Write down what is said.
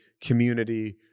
community